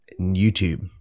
YouTube